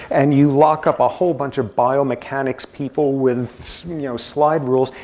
and you lock up a whole bunch of biomechanics people with you know slide rules,